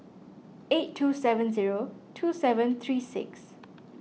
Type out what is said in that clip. eight two seven zero two seven three six